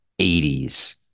80s